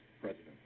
President